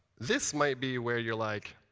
this might be where you're like,